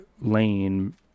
Lane